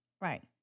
Right